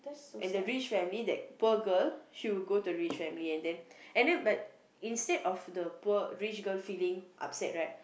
and the rich family that poor girl she will go to rich family and then and then but instead of the poor rich girl feeling upset right